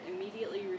immediately